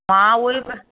मां उहो ई